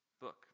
book